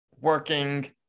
working